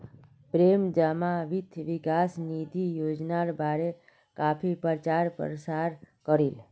प्रेम जमा वित्त विकास निधि योजनार बारे काफी प्रचार प्रसार करील